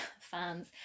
fans